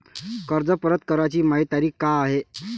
कर्ज परत कराची मायी तारीख का हाय?